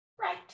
right